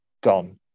gone